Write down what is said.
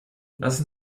lassen